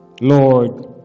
Lord